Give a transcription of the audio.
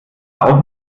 auf